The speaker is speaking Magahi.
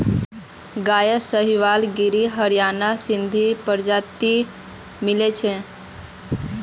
गायत साहीवाल गिर हरियाणा सिंधी प्रजाति मिला छ